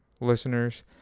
listeners